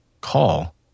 call